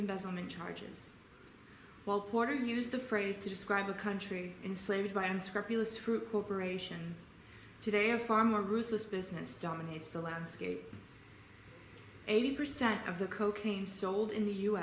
investment charges while porter used the phrase to describe a country enslaved by unscrupulous fruit corporations today a far more ruthless business dominates the landscape eighty percent of the cocaine sold in the u